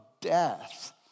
death